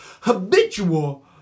habitual